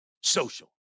Social